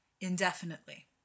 indefinitely